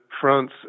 France